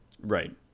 right